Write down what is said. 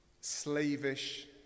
slavish